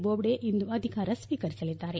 ಬೋಬ್ಡೆ ಇಂದು ಅಧಿಕಾರ ಸ್ವೀಕರಿಸಲಿದ್ದಾರೆ